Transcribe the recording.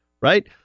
right